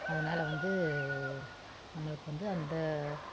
அதனால வந்து நம்மளுக்கு வந்து அந்த